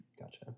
Gotcha